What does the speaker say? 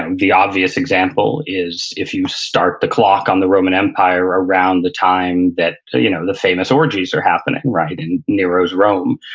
and obvious example is if you start the clock on the roman empire around the time that you know the famous orgies are happening right in nero's rome,